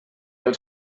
els